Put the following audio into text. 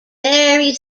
very